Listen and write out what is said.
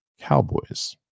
Cowboys